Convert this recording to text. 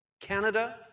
Canada